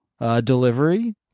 delivery